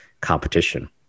competition